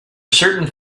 certain